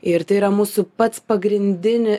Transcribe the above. ir tai yra mūsų pats pagrindini